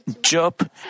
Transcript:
Job